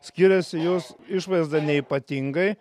skiriasi jos išvaizda neypatingai